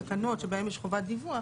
כמו תקנות שבהן יש חובת דיווח,